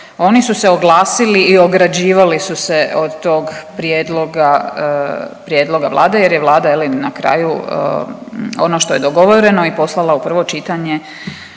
oni su se oglasili i ograđivali su se od tog prijedloga Vlade jer je Vlada na kraju ono što je dogovoreno i poslala u prvo čitanje